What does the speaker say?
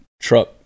truck